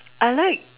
I like